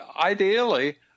ideally